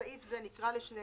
(בסעיף זה, המנהל),